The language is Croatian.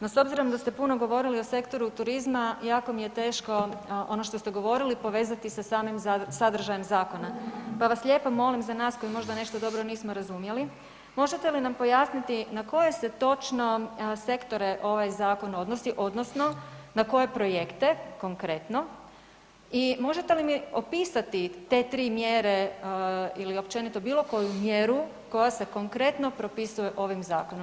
No s obzirom da ste puno govorili o sektoru turizma jako mi je teško ono što ste govorili povezati sa samim sadržajem zakona, pa vas lijepo molim za nas koji možda nešto dobro nismo razumjeli možete li nam pojasniti na koje se točno sektore točno ovaj zakon odnosi odnosno na koje projekte konkretno i možete li mi opisati te tri mjere ili općenito bilo koju mjeru koja se konkretno propisuje ovim zakonom.